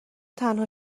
تنها